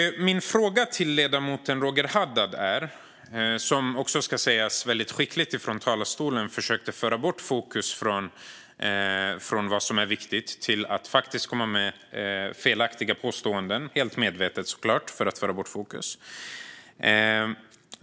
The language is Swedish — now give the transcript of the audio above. Jag har en fråga till ledamoten Roger Haddad, som i talarstolen väldigt skickligt - det ska sägas - försökte flytta fokus från det som är viktigt och i stället kom med faktiskt felaktiga påståenden. Det var självklart helt medvetet, för att flytta fokus.